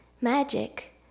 Magic